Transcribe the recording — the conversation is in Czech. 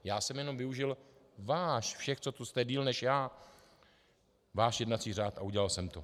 Já jsem jenom využil váš, všech, co tu jste déle než já, váš jednací řád a udělal jsem to.